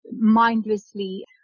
mindlessly